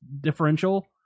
differential